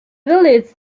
believes